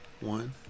one